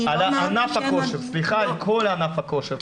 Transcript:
ענף הכושר, סליחה, כל ענף הכושר.